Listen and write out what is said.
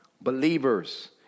believers